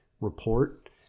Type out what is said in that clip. report